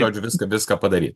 žodžiu viską viską padaryt